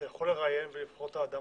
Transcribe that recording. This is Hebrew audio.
אתה יכול לראיין ולבחור את האדם